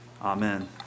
Amen